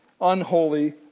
unholy